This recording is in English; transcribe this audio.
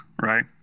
Right